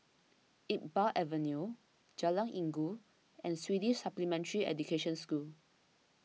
Iqbal Avenue Jalan Inggu and Swedish Supplementary Education School